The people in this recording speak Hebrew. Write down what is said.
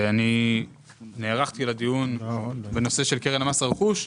ואני נערכתי לדיון בנושא של קרן מס הרכוש.